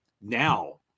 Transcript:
now